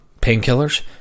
painkillers